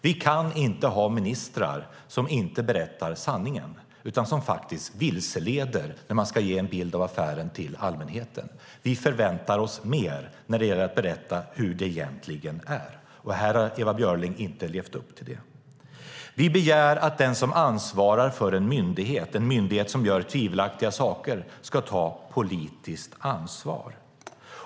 Vi kan inte ha en minister som inte berättar sanningen utan vilseleder när hon ska ge en bild av affären till allmänheten. Vi förväntar oss mer när det gäller att berätta hur det egentligen är. Ewa Björling har inte levt upp till det. Vi begär att den som ansvarar för en myndighet - en myndighet som gör tvivelaktiga saker - ska ta politiskt ansvar.